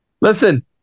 listen